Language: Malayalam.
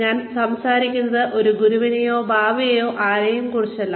ഞാൻ സംസാരിക്കുന്നത് ഒരു ഗുരുവിനെയോ ബാബയെയോ ആരെയും കുറിച്ചല്ല